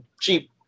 cheap